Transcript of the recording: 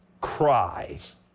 cries